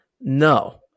No